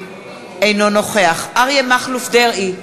אינו נוכח אריה מכלוף דרעי,